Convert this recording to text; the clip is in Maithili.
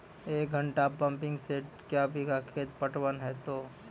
एक घंटा पंपिंग सेट क्या बीघा खेत पटवन है तो?